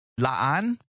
Laan